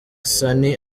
sunny